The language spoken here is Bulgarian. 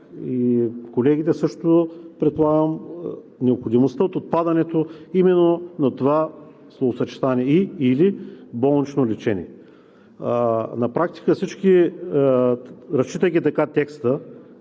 колегите също, предполагам, необходимостта от отпадането именно на това словосъчетание „и/или болнично лечение“. На практика всички, разчитайки така текста,